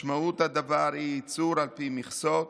משמעות הדבר היא ייצור על פי מכסות,